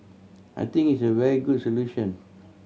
I think it's a very good solution